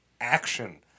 action